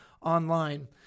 online